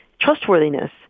trustworthiness